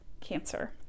cancer